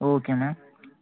okay ma'am